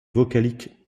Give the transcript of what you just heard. vocalique